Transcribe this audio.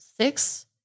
six